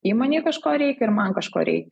įmonei kažko reikia ir man kažko reikia